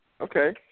Okay